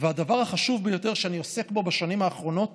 והדבר החשוב ביותר שאני עוסק בו בשנים האחרונות